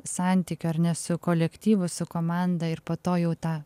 santykio ar ne su kolektyvu su komanda ir po to jau tą